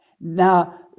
Now